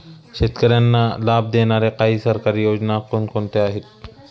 शेतकऱ्यांना लाभ देणाऱ्या काही सरकारी योजना कोणत्या आहेत?